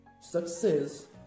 success